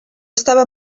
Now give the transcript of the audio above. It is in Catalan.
estava